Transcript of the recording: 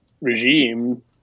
regime